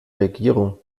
regierung